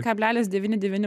kablelis devyni devyni